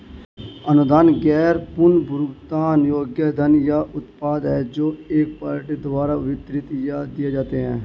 अनुदान गैर पुनर्भुगतान योग्य धन या उत्पाद हैं जो एक पार्टी द्वारा वितरित या दिए जाते हैं